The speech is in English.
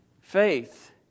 Faith